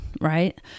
right